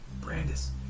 Brandis